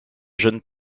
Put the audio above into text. jeunes